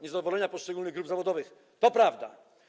Niezadowolenie poszczególnych grup zawodowych - to prawda.